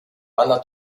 banda